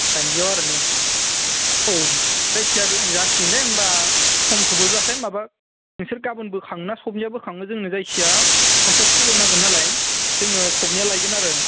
जानजियाव आरो ने औ जायखिजाया जासिगोन दे होनबा सम सफैब्लाथाय माबा नोंसोर गाबोन बोखाङो ना सबनिया बोखाङो जोंनो जायखिजाया पन्सास किल' नांगोन नालाय जोङो सबनिया लायगोन आरो